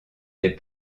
des